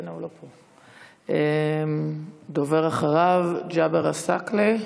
טאהא, לא פה, הדובר אחריו, ג'אבר עסאקלה,